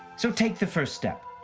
so take the first step.